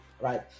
right